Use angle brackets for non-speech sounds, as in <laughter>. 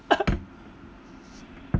<laughs>